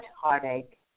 heartache